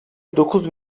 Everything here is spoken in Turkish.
dokuz